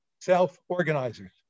self-organizers